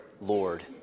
Lord